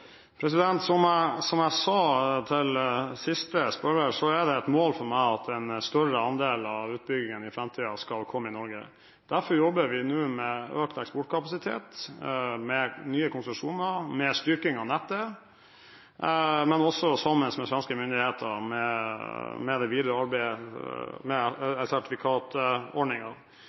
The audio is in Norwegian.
Som jeg sa til siste spørrer, er det et mål for meg at en større andel av utbyggingen i framtiden skal komme i Norge. Derfor jobber vi nå med økt eksportkapasitet, med nye konsesjoner og med styrking av nettet, men også sammen med svenske myndigheter i det videre arbeidet med